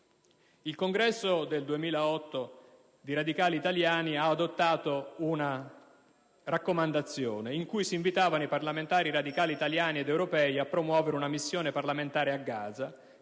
Il Congresso del 2008 dei Radicali Italiani ha adottato una raccomandazione nella quale si invitavano i parlamentari radicali italiani ed europei a promuovere una missione parlamentare a Gaza,